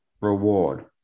reward